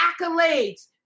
accolades